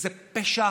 זה פשע